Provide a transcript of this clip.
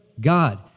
God